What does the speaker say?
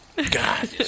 God